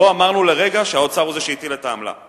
ולא אמרנו לרגע שהאוצר הוא שהטיל את העמלה.